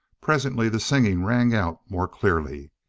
presently the singing rang out more clearly.